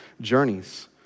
journeys